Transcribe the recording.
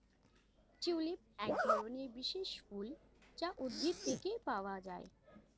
tulip একধরনের বিশেষ ফুল যা উদ্ভিদ থেকে পাওয়া যায়